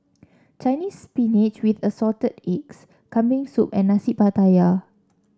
Chinese Spinach with Assorted Eggs Kambing Soup and Nasi Pattaya